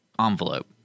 envelope